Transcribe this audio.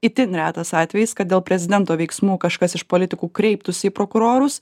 itin retas atvejis kad dėl prezidento veiksmų kažkas iš politikų kreiptųsi į prokurorus